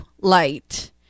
light